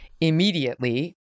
immediately